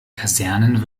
kasernen